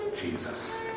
Jesus